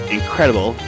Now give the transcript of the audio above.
incredible